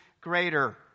greater